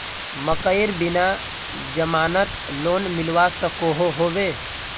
मकईर बिना जमानत लोन मिलवा सकोहो होबे?